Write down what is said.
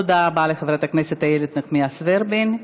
תודה רבה לחברת הכנסת איילת נחמיאס ורבין.